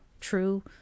true